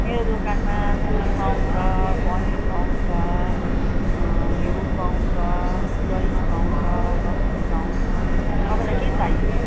मेरो दोकानमा दुध पाउँछ पनिर पाउँछ घिउ पाउँछ दही पाउँछ लस्सी पाउँछ तपाईँलाई के चाहियो